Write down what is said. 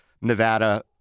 nevada